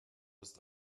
ist